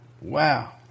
wow